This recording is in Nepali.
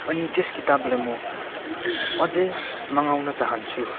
अनि त्यस किताबलाई म अझै मगाउन चाहन्छु